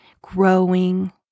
growing